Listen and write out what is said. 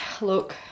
look